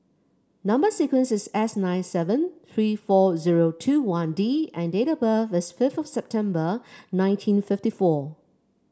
number sequence is S nine seven three four zero two one D and date of birth is fifth of September nineteen fifty four